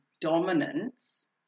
dominance